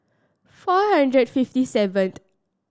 four hundred fifty seventh